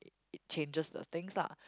it it changes the things lah